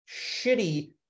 shitty